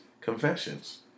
Confessions